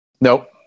nope